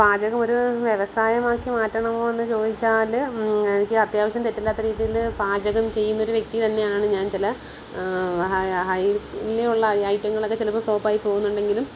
പാചകം ഒരു വ്യവസായമാക്കി മാറ്റണമോ എന്നു ചോദിച്ചാൽ എനിക്ക് അത്യാവശ്യം തെറ്റില്ലാത്ത രീതിയിൽ പാചകം ചെയ്യുന്നൊരു വ്യക്തി തന്നെയാണ് ഞാൻ ചില ഹൈലി ഉള്ള ഐറ്റങ്ങളൊക്കെ ചിലപ്പോൾ ഫ്ലോപ്പായി പോകുന്നുണ്ടെങ്കിലും